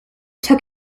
took